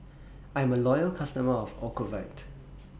I'm A Loyal customer of Ocuvite